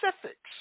specifics